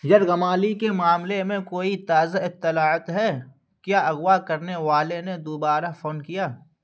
یرغمالی کے معاملے میں کوئی تازہ اطلاعت ہے کیا اغوا کرنے والے نے دوبارہ فون کیا